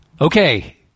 Okay